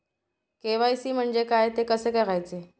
KYC म्हणजे काय? ते कसे करायचे?